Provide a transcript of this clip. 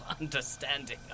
understanding